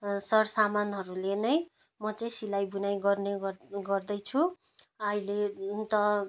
सरसामानहरूले नै म चाहिँ सिलाइ बुनाइ गर्ने गर्दैछु अहिले त